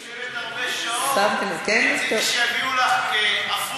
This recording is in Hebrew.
היא יושבת הרבה שעות אז רציתי שיביאו לך הפוך חם.